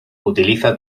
utiliza